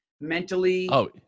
mentally